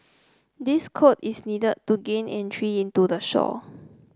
this code is needed to gain entry into the show